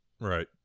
Right